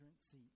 seat